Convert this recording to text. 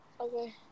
Okay